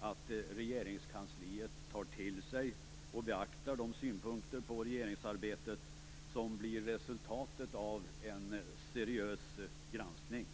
att Regeringskansliet tar till sig och beaktar de synpunkter på regeringsarbetet som blir resultatet av en seriös granskning.